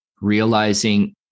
realizing